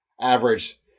Average